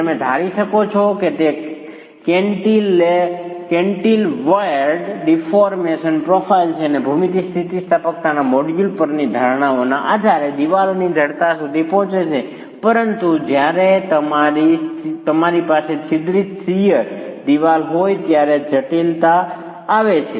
તમે ધારી શકો છો કે તે કેન્ટિલવેર્ડ ડિફોર્મેશન પ્રોફાઇલ છે અને ભૂમિતિ અને સ્થિતિસ્થાપકતાના મોડ્યુલસ પરની ધારણાઓના આધારે દિવાલની જડતા સુધી પહોંચે છે પરંતુ જ્યારે તમારી પાસે છિદ્રિત શીયર દિવાલ હોય ત્યારે જટિલતા આવે છે